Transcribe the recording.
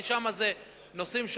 כי שם זה נושאים שונים,